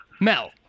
Mel